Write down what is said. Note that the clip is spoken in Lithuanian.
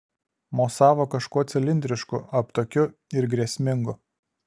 mosavo kažkuo cilindrišku aptakiu ir grėsmingu